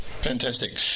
Fantastic